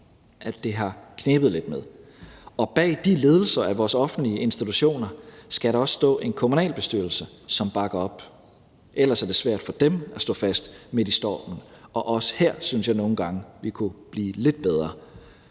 gange har knebet lidt med. Og bag de ledelser af vores offentlige institutioner skal der også står en kommunalbestyrelse, som bakker op, ellers er det svært for dem at stå fast midt i stormen, og også her synes jeg at vi nogle gange kunne blive lidt bedre.